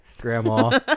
Grandma